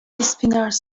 spinners